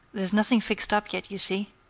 there's nothing fixed up yet, you see.